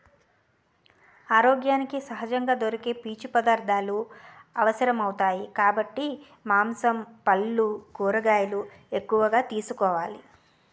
ఆరోగ్యానికి సహజంగా దొరికే పీచు పదార్థాలు అవసరమౌతాయి కాబట్టి మాంసం, పల్లు, కూరగాయలు ఎక్కువగా తీసుకోవాలి